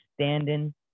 standing